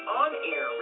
on-air